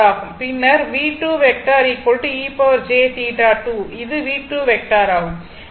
பின்னர்இது ஆகும்